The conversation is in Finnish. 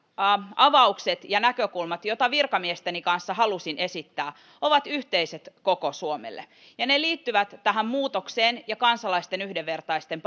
avaukset ja näkökulmat joita virkamiesteni kanssa halusin esittää ovat yhteiset koko suomelle ja ne liittyvät tähän muutokseen ja kansalaisten yhdenvertaisten